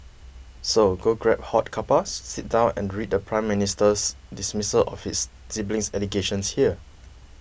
so go grab hot cuppa sit down and read the Prime Minister's dismissal of his siblings allegations here